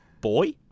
boy